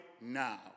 now